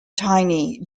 tiny